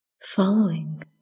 following